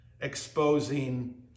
exposing